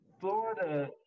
Florida